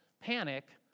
panic